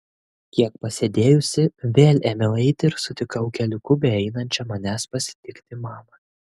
kiek pasėdėjusi vėl ėmiau eiti ir sutikau keliuku beeinančią manęs pasitikti mamą